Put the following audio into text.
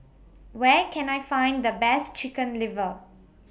Where Can I Find The Best Chicken Liver